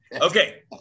Okay